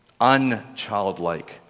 unchildlike